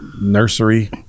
nursery